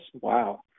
Wow